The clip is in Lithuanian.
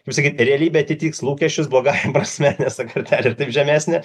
kaip sakyt realybė atitiks lūkesčius blogąja prasme nes ta kartelė ir taip žemesnė